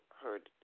heard